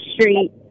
street